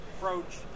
approach